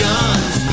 Guns